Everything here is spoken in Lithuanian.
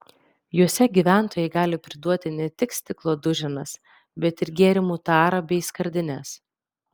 juose gyventojai gali priduoti ne tik stiklo duženas bet ir gėrimų tarą bei skardines